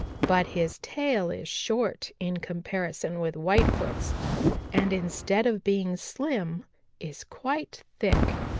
but his tail is short in comparison with whitefoot's and instead of being slim is quite thick.